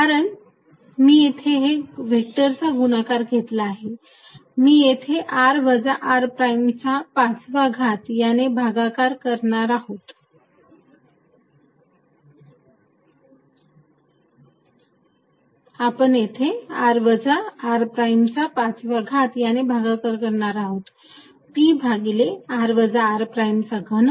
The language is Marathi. कारण की मी येथे व्हेक्टरचा गुणाकार घेतला आहे येथे r वजा r प्राईम चा 5 वा घात याने भागाकार करणार आहोत p भागिले r वजा r प्राईम घन